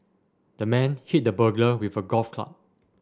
the man hit the burglar with a golf club